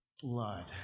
blood